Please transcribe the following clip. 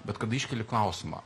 bet kada iškeli klausimą